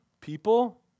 People